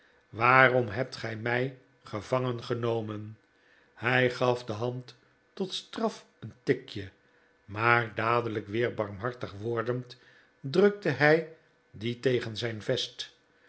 waarom hebt gij mij gevangen genomen hij gaf de hand tot straf een tikje maar dadelijk weer barmhartig wordend drukte hij die tegen zijn vest